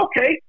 okay